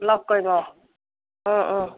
লগ কৰিম অঁ অঁ অঁ